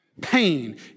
Pain